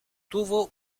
tuvo